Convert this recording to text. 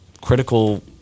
critical